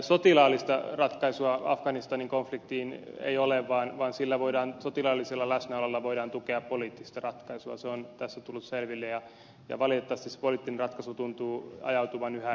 sotilaallista ratkaisua afganistanin konfliktiin ei ole vaan sotilaallisella läsnäololla voidaan tukea poliittista ratkaisua se on tässä tullut selville ja valitettavasti se poliittinen ratkaisu tuntuu ajautuvan yhä etäämmälle